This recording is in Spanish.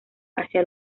hacia